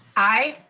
aye.